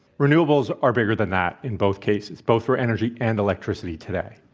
renewables are bigger than that. in both cases, both for energy and electricity. today.